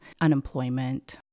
unemployment